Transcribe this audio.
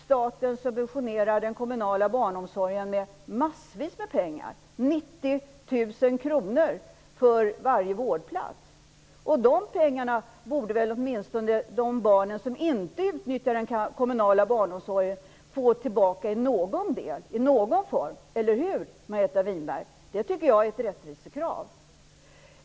Staten subventionerar ju i dag den kommunala barnomsorgen. Det rör sig om en massa pengar, 90 000 kr per vårdplats. De pengarna borde väl de barn som inte utnyttjar den kommunala barnomsorgen få tillbaka i någon form -- eller hur, Margareta Winberg? Jag tycker att det är ett rättvisekrav.